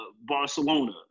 Barcelona